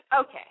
Okay